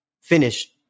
finish